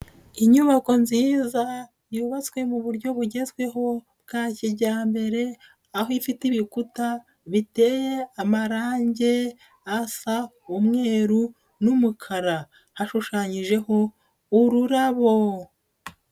Inyubako nziza yubatswe mu buryo bugezweho bwa kijyambere, aho ifite ibikuta biteye amarangi asa umweru n'umukara, hashushanyijeho ururabo.